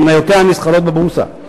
שמניותיה נסחרות בבורסה,